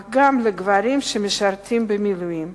אך גם לגברים שמשרתים במילואים